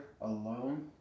alone